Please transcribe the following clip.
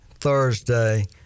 Thursday